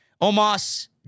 Omas